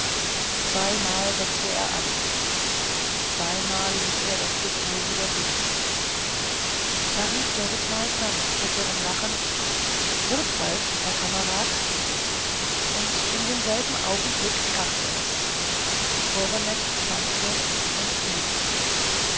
zweimal setzte er an zweimal ließ er das pistol wieder sinken da rief der rittmeister mit bitterem lachen wird's bald herr kamerad und in demselben augenblicke krachte es sporeneck schwankte und fiel